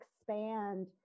expand